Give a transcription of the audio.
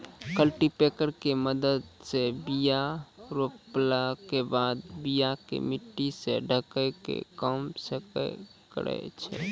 cultipacker के मदत से बीया रोपला के बाद बीया के मट्टी से ढकै के काम सेहो करै छै